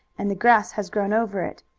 and the grass has grown over it.